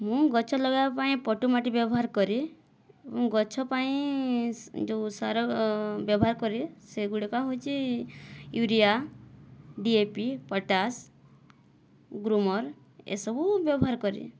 ମୁଁ ଗଛ ଲଗେଇବା ପାଇଁ ପଟୁମାଟି ବ୍ୟବହାର କରେ ମୁଁ ଗଛ ପାଇଁ ଯେଉଁ ସାର ବ୍ୟବହାର କରେ ସେଗୁଡ଼ିକ ହେଉଛି urea D A P potash ଗ୍ରୁମର ଏ ସବୁ ବ୍ୟବହାର କରେ